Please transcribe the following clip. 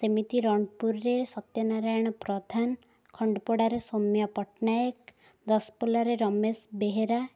ସେମିତି ରଣପୁରରେ ସତ୍ୟନାରାୟଣ ପ୍ରଧାନ ଖଣ୍ଡପଡ଼ାରେ ସୋମ୍ୟ ପଟ୍ଟନାୟକ ଦଶପଲ୍ଲାରେ ରମେଶ ବେହେରା